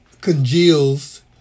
congeals